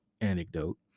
anecdote